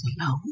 alone